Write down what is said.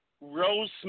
rose